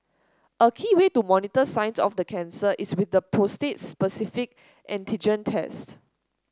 a key way to monitor signs of the cancer is with the prostate specific antigen test